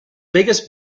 biggest